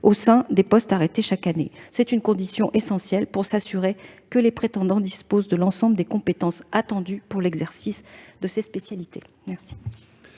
au sein d'un des postes arrêtés chaque année. Il s'agit d'une condition essentielle pour assurer que les prétendants disposent de l'ensemble des compétences attendues pour l'exercice dans ces spécialités. La